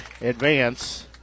advance